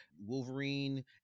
Wolverine